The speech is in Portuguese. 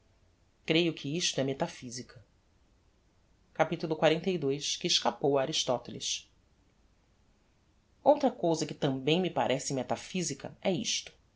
creio que isto é metaphysica capitulo xlii que escapou a aristoteles outra cousa que tambem me parece metaphysica é isto